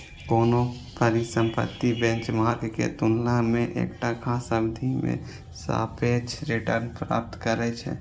कोनो परिसंपत्ति बेंचमार्क के तुलना मे एकटा खास अवधि मे सापेक्ष रिटर्न प्राप्त करै छै